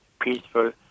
peaceful